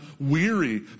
weary